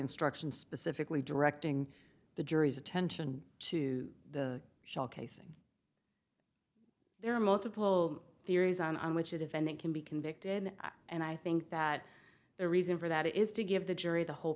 instructions specifically directing the jury's attention to the shell casing there are multiple theories on which it of and they can be convicted and i think that the reason for that is to give the jury the whole